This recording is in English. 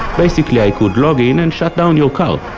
basically i could log in and shut down your car